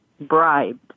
bribed